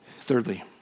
Thirdly